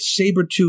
Sabretooth